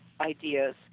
ideas